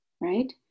Right